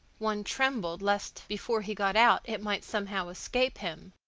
one trembled lest before he got out it might somehow escape him,